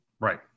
Right